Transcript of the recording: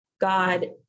God